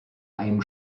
einem